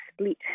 split